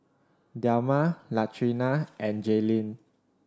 Delma Latrina and Jaelyn